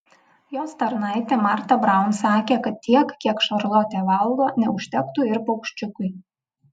jos tarnaitė marta braun sakė kad tiek kiek šarlotė valgo neužtektų ir paukščiukui